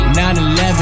9-11